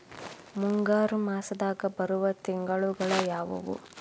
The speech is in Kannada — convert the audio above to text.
ಮುಂಗಾರು ಮಾಸದಾಗ ಬರುವ ತಿಂಗಳುಗಳ ಯಾವವು?